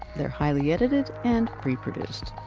they're highly edited and reproduced.